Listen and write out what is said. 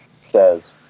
says